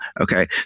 Okay